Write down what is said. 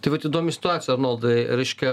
tai vat įdomi situacija arnoldai reiškia